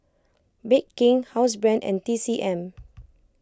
Bake King Housebrand and T C M